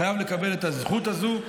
חייב לקבל את הזכות הזו.